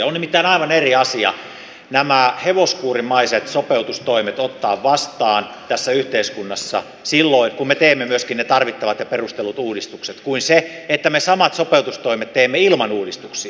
on nimittäin aivan eri asia nämä hevoskuurimaiset sopeutustoimet ottaa vastaan tässä yhteiskunnassa silloin kun me teemme myöskin ne tarvittavat ja perustellut uudistukset kuin se että me samat sopeutustoimet teemme ilman uudistuksia